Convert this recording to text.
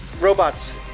robots